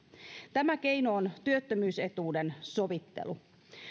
tämä keino on työttömyysetuuden sovittelu